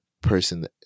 person